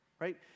right